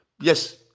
Yes